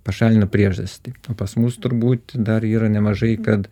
pašalina priežastį o pas mus turbūt dar yra nemažai kad